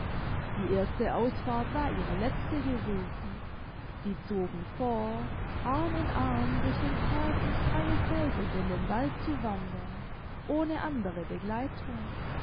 die erste ausfahrt war ihre letzte gewesen sie zogen vor arm in arm durch den park in's freie feld und in den wald zu wandern ohne andere begleitung